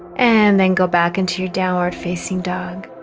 and then go back into your downward facing dog